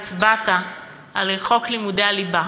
הצבעת על חוק לימודי הליבה,